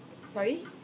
sorry